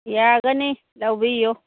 ꯌꯥꯒꯅꯤ ꯂꯧꯕꯤꯌꯨ